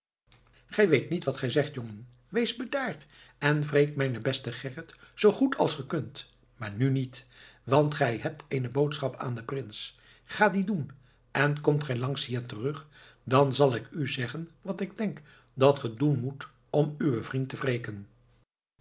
gij weet niet wat ge zegt jongen wees bedaard en wreek mijnen besten gerrit zoo goed als ge kunt maar nu niet want gij hebt eene boodschap aan den prins ga die doen en komt gij langs hier terug dan zal ik u zeggen wat ik denk dat ge doen moet om uwen vriend te wreken